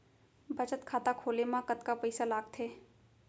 बचत खाता खोले मा कतका पइसा लागथे?